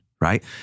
right